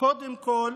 קודם כול